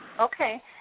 Okay